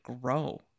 grow